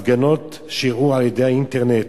הפגנות שאירעו על-ידי האינטרנט,